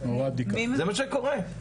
זה מה שקורה.